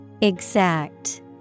exact